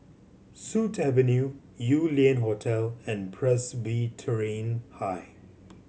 Sut Avenue Yew Lian Hotel and Presbyterian High